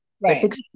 Right